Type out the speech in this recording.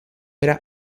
era